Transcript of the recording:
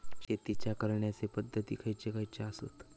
शेतीच्या करण्याचे पध्दती खैचे खैचे आसत?